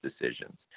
decisions